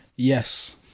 Yes